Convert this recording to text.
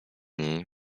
niej